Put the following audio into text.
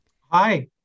Hi